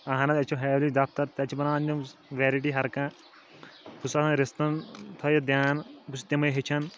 اہَن حظ اسہِ چھ ہیوی دفتر تتہِ چھ بناوان یِم ویرٹی ہر کانٛہہ بہٕ چھُس آسان رِستِن تھٲوِتھ دیان بہٕ چھُس تِمے ہیٚچھان